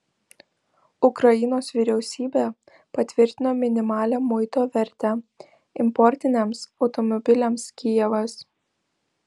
ukrainos vyriausybė patvirtino minimalią muito vertę importiniams automobiliams kijevas